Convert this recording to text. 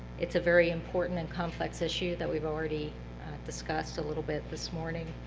it's a very important and complex issue that we've already discussed a little bit this morning,